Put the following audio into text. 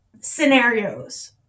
scenarios